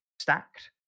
Stacked